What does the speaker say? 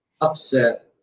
Upset